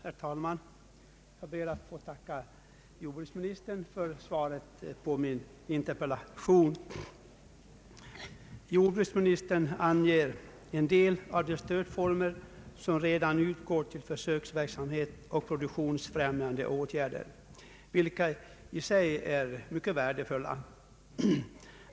Herr talman! Jag ber att få tacka jordbruksministern för svaret på min interpellation. Jordbruksministern anger en del av det stöd som redan utgår till försöksverksamhet och produktionsfrämjande åtgärder, vilka i sig är mycket värdefulla.